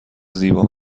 زیبا